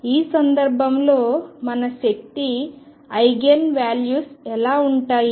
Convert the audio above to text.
ఈ సందర్భంలో మన శక్తి ఐగెన్ వాల్యూస్ ఎలా ఉంటాయి